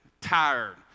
tired